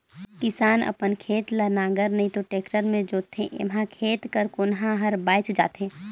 किसान अपन खेत ल नांगर नी तो टेक्टर मे जोतथे एम्हा खेत कर कोनहा हर बाएच जाथे